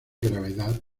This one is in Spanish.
gravedad